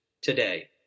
today